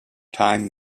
time